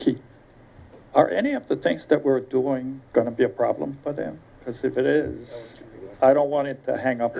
are any of the thanks that we're doing going to be a problem for them because if it is i don't want it to hang up